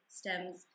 stems